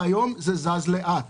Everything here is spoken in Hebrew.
והיום זה זז לאט.